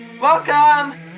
Welcome